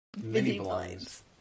mini-blinds